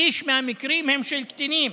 שליש מהמקרים הם של קטינים